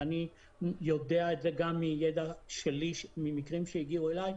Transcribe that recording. ואני יודע את זה גם מידע שלי ממקרים שהגיעו אלי,